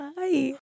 Hi